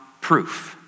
proof